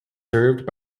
served